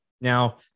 Now